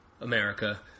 America